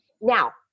Now